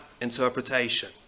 interpretation